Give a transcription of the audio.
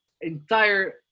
entire